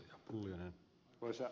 arvoisa puhemies